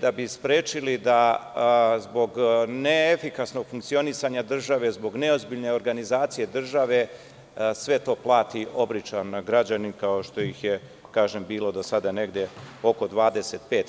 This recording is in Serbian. kako bi sprečili da zbog neefikasnog funkcionisanje države, zbog neozbiljne organizacije države sve to plati običan građanin kao što ih je, kažem bilo, do sada oko 25.000.